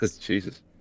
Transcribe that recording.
Jesus